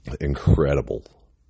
Incredible